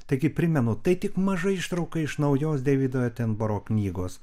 taigi primenu tai tik maža ištrauka iš naujos deivido etenboro knygos